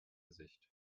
gesicht